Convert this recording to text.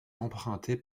empruntée